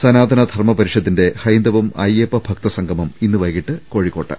സനാതന ധർമ്മ പരിഷത്തിന്റെ ഹൈന്ദവം അയ്യപ്പഭക്തസംഗമം ഇന്ന് വൈകീട്ട് കോഴിക്കോട്ട്